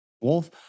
Wolf